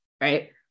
right